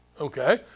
Okay